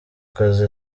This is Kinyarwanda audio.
kazi